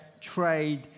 trade